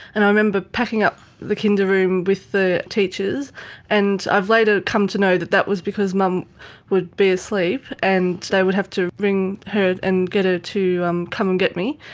and i remember packing up the kinder room with the teachers and i've later come to know that that was because mum would be asleep and they would have to ring her and get her ah to um come and get me,